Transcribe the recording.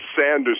Sanders